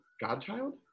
godchild